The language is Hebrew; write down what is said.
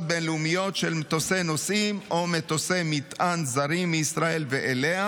בין-לאומיות של מטוסי נוסעים או מטוסי מטען זרים מישראל ואליה.